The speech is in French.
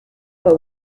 pas